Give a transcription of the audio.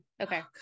Okay